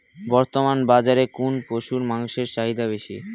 বর্তমান বাজারে কোন পশুর মাংসের চাহিদা বেশি?